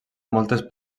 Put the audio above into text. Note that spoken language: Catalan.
moltes